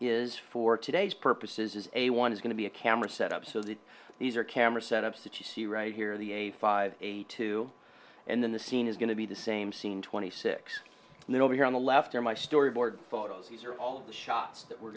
is for today's purposes is a one is going to be a camera set up so that these are cameras set up stitches see right here the eighty five eighty two and then the scene is going to be the same scene twenty six and then over here on the left there my storyboard photos these are all the shots that we're